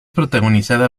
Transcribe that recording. protagonizada